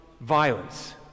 violence